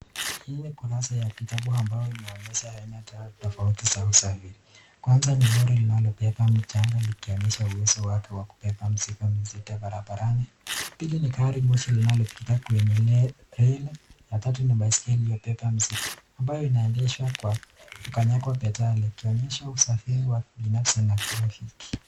Hii ni ukurasa wa kitabu ambao unaonyesha aina tofauti za usafiri. Kwanza ni lori linalobeba mchanga likionyesha uwezo wake wa kubeba mzigo mizito barabarani. Pili ni gari moshi linalopita kwenye reli. Ya tatu ni baiskeli inayobeba mzigo ambayo inaendeshwa kwa kukanyaga pedali ikionyesha usafiri wa kibinafsi na kirafiki.